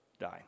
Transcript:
die